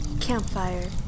Campfire